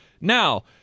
now